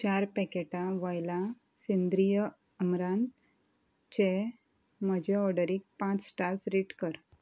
चार पॅकेटां वॉयलां सेंद्रीय अमरानचे म्हज्या ऑर्डरीक पांच स्टार्स रेट कर